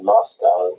Moscow